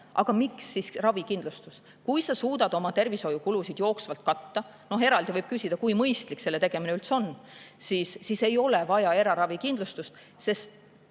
Aga milleks siis ravikindlustus, kui sa suudad oma tervishoiukulusid jooksvalt katta? Eraldi võib küsida, kui mõistlik selle tegemine üldse on. Siis ei ole vaja eraravikindlustust, sest